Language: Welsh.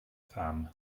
pham